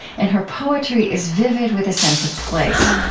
and her poetry is vivid with a sense of place.